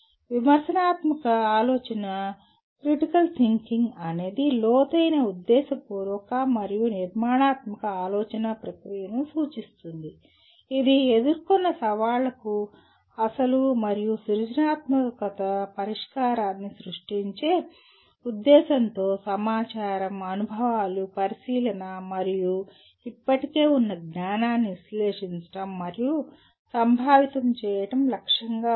విమర్శనాత్మక ఆలోచనక్రిటికల్ థింకింగ్ అనేది లోతైన ఉద్దేశపూర్వక మరియు నిర్మాణాత్మక ఆలోచన ప్రక్రియను సూచిస్తుంది ఇది ఎదుర్కొన్న సవాళ్లకు అసలు మరియు సృజనాత్మక పరిష్కారాన్ని సృష్టించే ఉద్దేశ్యంతో సమాచారం అనుభవాలు పరిశీలన మరియు ఇప్పటికే ఉన్న జ్ఞానాన్ని విశ్లేషించడం మరియు సంభావితం చేయడం లక్ష్యంగా ఉంది